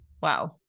wow